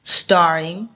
starring